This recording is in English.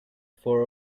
for